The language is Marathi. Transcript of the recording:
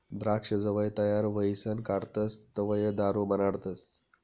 द्राक्ष जवंय तयार व्हयीसन काढतस तवंय दारू बनाडतस